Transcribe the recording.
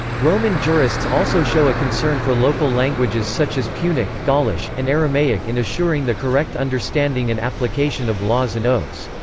roman jurists also show a concern for local languages such as punic, gaulish, and aramaic in assuring the correct understanding and application of laws and oaths.